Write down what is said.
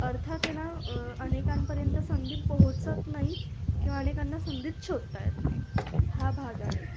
अर्थात आहे ना अनेकांपर्यंत संधी पोहोचत नाही किंवा अनेकांना संधीच शोधता येत नाही हा भाग आहे